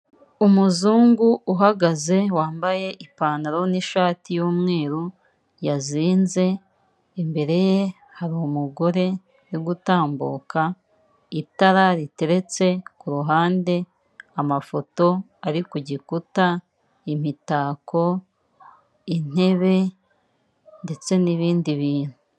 Umuzungu uhagaze, wambaye ipantaro n'ishati y'umweru yazinze, imbere ye hari umugore uri gutambuka, itara riteretse ku ruhande, amafoto ari ku gikuta, imitako, intebe, ndetse n'ibindi bintu.